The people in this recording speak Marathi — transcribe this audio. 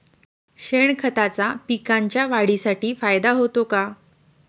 शेणखताचा पिकांच्या वाढीसाठी फायदा होतो का?